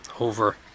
over